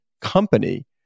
company